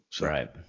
Right